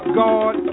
god